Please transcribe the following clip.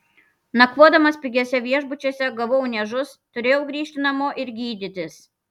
nakvodamas pigiuose viešbučiuose gavau niežus turėjau grįžti namo ir gydytis